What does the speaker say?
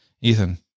Ethan